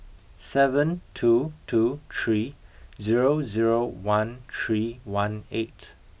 seven two two three zero zero one three one eight